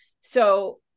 So-